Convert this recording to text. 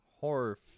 horror